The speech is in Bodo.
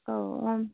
औ